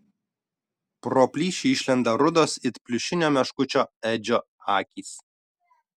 pro plyšį išlenda rudos it pliušinio meškučio edžio akys